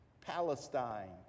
Palestine